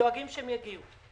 דואגים שהן יגיעו.